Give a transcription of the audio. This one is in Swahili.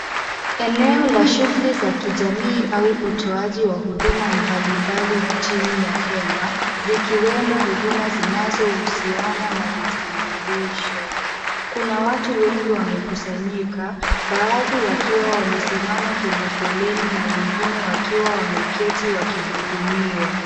Eneo la shughuli za kijamii au utoaji wa huduma mbalimbali chini ya hema zikiwemo huduma zinazohusiana na vitambulisho. Kuna watu wengi wamekusanyika, baadhi wakiwa wamesimama kwenye foleni na wengine wakiwa wameketi wakihudumiwa.